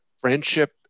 friendship